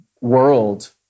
world